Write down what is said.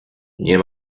nie